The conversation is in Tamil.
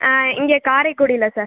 இங்கே காரைக்குடியில் சார்